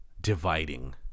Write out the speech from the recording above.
dividing